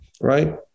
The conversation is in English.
right